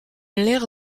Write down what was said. l’air